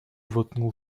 воткнул